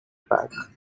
pack